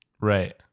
Right